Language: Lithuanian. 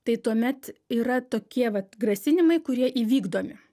tai tuomet yra tokie vat grasinimai kurie įvykdomi